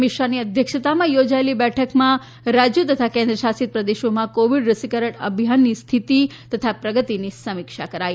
મિશ્રાની અધ્યક્ષતામાં યોજાયેલી બેઠકમાં રાજ્યો તથા કેન્દ્ર શાસિત પ્રદેશોમાં કોવિડ રસીકરણ અભિયાન ની સ્થિતિ તથા પ્રગતિની સમીક્ષા કરાઈ